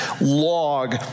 log